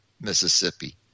Mississippi